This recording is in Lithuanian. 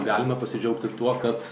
galima pasidžiaugti tuo kad